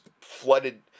flooded